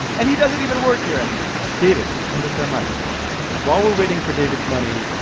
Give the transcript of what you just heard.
and he doesn't even work here anymore. david, send us that money while we're waiting for david's money,